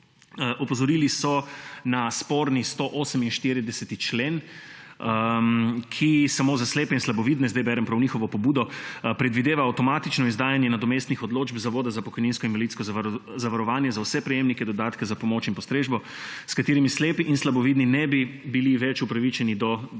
Opozorili so na sporni 148. člen, ki samo za slepe in slabovidne – zdaj berem prav njihovo pobudo – predvideva avtomatično izdajanje nadomestnih odločb Zavoda za pokojninsko in invalidsko zavarovanje za vse prejemnike dodatka za pomoč in postrežbo, s katerimi slepi in slabovidni ne bi bili več upravičenido dodatka